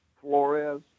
Flores